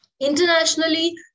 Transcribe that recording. Internationally